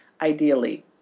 ideally